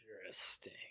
Interesting